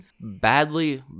badly